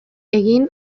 egin